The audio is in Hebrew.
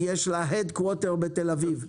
כי יש לה headquarter בתל אביב.